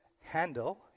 handle